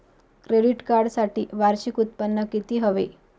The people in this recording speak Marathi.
क्रेडिट कार्डसाठी वार्षिक उत्त्पन्न किती हवे?